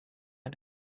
him